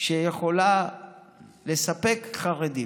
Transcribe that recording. שיכולה לספק חרדים.